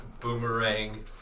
boomerang